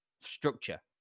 structure